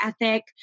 ethic